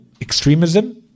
extremism